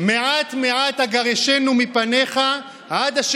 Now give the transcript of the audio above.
הערבית